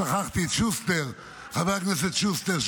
שכחתי את חבר הכנסת שוסטר,